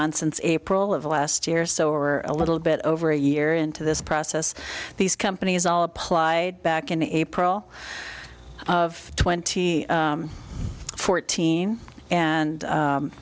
on since april of last year or so or a little bit over a year into this process these companies all applied back in april of twenty fourteen and